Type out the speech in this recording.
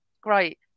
great